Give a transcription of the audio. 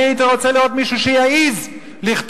אני הייתי רוצה לראות מישהו שיעז לכתוב